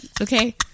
okay